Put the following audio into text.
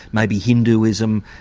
maybe hinduism,